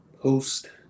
post